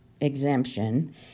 exemption